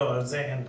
ל זה אין מחלוקת.